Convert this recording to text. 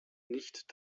nicht